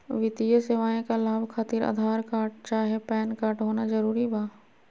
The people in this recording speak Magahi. वित्तीय सेवाएं का लाभ खातिर आधार कार्ड चाहे पैन कार्ड होना जरूरी बा?